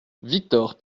victor